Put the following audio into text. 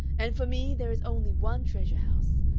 and for me there is only one treasure-house.